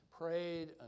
prayed